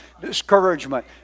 discouragement